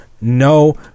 no